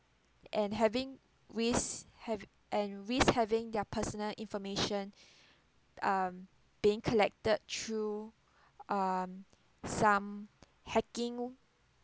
and having risk have and risk having their personal information um being collected through um some hacking